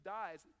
dies